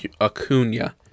Acuna